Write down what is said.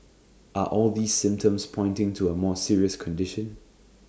are all these symptoms pointing to A more serious condition